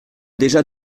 déjà